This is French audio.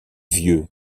vieux